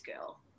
girl